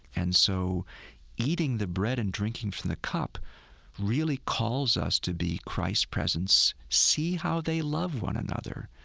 and so eating the bread and drinking from the cup really calls us to be christ's presence see how they love one another,